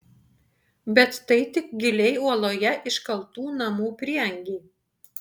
bet tai tik giliai uoloje iškaltų namų prieangiai